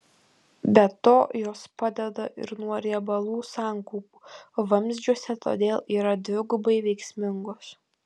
be to jos padeda ir nuo riebalų sankaupų vamzdžiuose todėl yra dvigubai veiksmingos